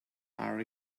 are